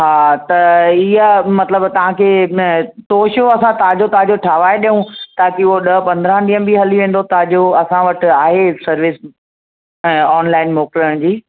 हा त इहा मतिलब तव्हांखे न तोशो असां ताज़ो ताज़ो ठहाराइण ॾियूं ताकि उहो ॾह पंद्रहं ॾींहं बि हली वेंदो ताज़ो असां वटि आहे सर्विस ऑनलाइन मोकिलण जी